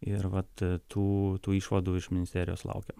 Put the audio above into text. ir vat tų tų išvadų iš ministerijos laukiam